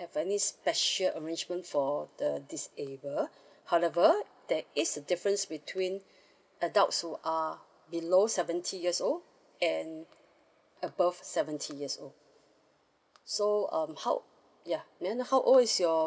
have any special arrangement for the this area however there is a difference between adults who are below seventy years old and above seventy years old so um how ya may I know how old is your